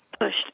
pushed